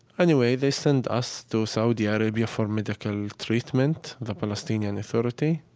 anyway, they send us to saudi ah arabia for medical treatment, the palestinian authority,